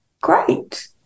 great